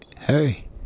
hey